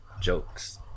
jokes